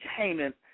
Entertainment